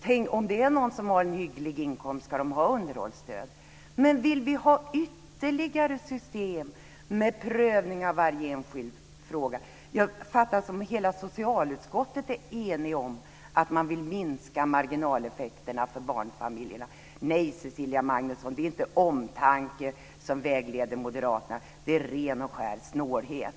Tänk, om någon av föräldrarna har en hygglig inkomst, ska de då ha underhållsstöd? Men vill vi ha ytterligare system med prövning av varje enskild fråga? Jag har uppfattat att hela socialutskottet är enigt om att vilja minska marginaleffekterna för barnfamiljerna. Nej, Cecilia Magnusson, det är inte omtanke som här vägleder moderaterna, utan det är ren och skär snålhet.